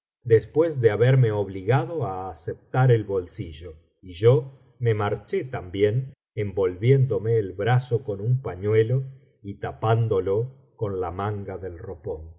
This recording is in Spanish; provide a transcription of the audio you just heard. después de haberme obligado á aceptar el bolsillo y yo me marché también envolviéndome el brazo con un pañuelo y tapándolo con la manga del ropón